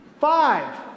Five